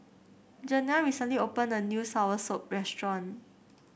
Janell recently opened a new soursop restaurant